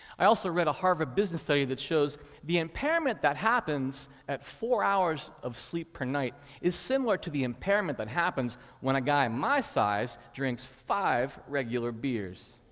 i also read a harvard business study that shows the impairment that happens at four hours of sleep per night is similar to the impairment that happens when a guy my size drinks five regular beers.